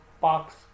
box